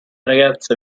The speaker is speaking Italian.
ragazza